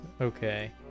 Okay